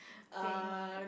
twenty